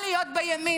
או להיות בימין,